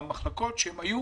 במחלקות שבהן הם היו,